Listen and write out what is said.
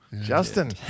Justin